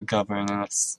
governess